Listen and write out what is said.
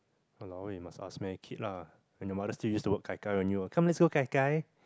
!walao! eh must ask meh kid lah when your mother still use the word kai kai when you were come let's go kai kai